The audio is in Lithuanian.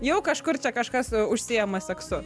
jau kažkur čia kažkas užsiima seksu